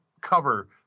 cover